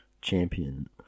champion